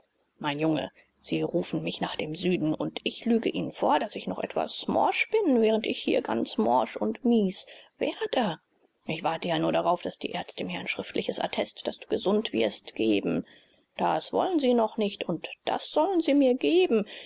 mein junge sie rufen mich nach dem süden und ich lüge ihnen vor daß ich noch etwas morsch bin während ich hier ganz morsch und mies werde ich warte ja nur darauf daß die arzte mir ein schriftliches attest daß du gesund wirst geben das wollen sie noch nicht und das sollen sie mir geben